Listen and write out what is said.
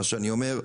מה שאני אומר,